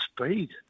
speed